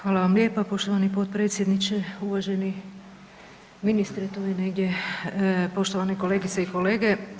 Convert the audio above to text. Hvala vam lijepa poštovani potpredsjedniče, uvaženi ministre, tu je negdje, poštovane kolegice i kolege.